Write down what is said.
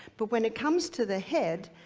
but when it comes to the head,